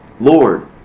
Lord